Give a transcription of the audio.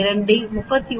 5 43